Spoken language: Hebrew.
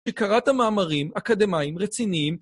כי קראת מאמרים אקדמאיים רציניים